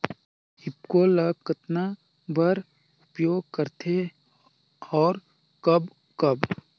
ईफको ल कतना बर उपयोग करथे और कब कब?